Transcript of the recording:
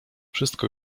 wszystko